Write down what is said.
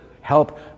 help